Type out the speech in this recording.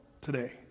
today